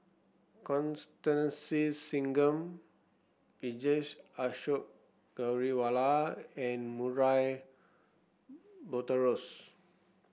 Constance Singam Vijesh Ashok Ghariwala and Murray Buttrose